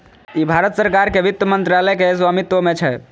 ई भारत सरकार के वित्त मंत्रालय के स्वामित्व मे छै